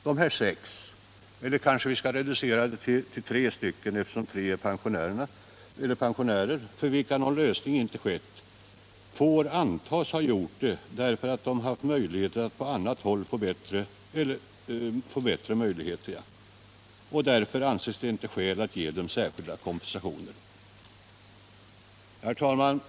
Dessa sex —- eller kanske vi bör reducera antalet till tre stycken, eftersom tre av dem är pensionärer, för vilka någon annan lösning inte givits — får antas ha accepterat förslaget på grund av att de inte haft utsikt att få bättre möjligheter på annat håll; därför har skäl till särskild kompensation för dem inte ansetts föreligga. Herr talman!